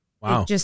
wow